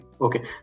Okay